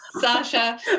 sasha